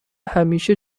همیشه